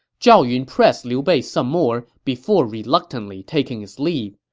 zhao yun pressed liu bei some more before reluctantly taking his leave.